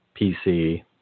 pc